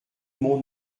monde